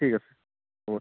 ঠিক আছে হ'ব দেই